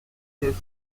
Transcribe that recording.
tastes